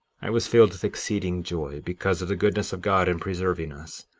i was filled with exceeding joy because of the goodness of god in preserving us,